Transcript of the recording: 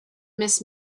miss